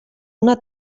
una